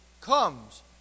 comes